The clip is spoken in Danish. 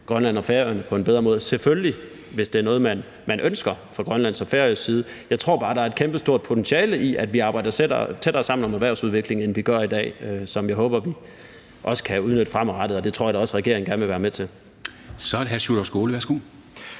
Grønland og Færøerne på en bedre måde, men altså selvfølgelig kun, hvis det er noget, man ønsker fra Grønlands og Færøsk side. Jeg tror bare, der er et kæmpe stort potentiale i, at vi arbejder tættere sammen om erhvervsudviklingen, end vi gør i dag, som jeg håber vi også fremadrettet kan udnytte, og det tror jeg da også gerne regeringen vil være med til. Kl. 13:21 Formanden (Henrik